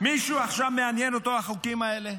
מישהו עכשיו, מעניין אותו החוקים האלה?